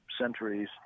centuries